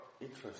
interest